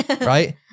Right